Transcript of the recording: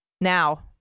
Now